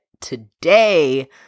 today